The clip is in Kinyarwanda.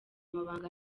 mabanga